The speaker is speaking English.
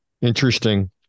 Interesting